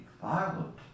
violent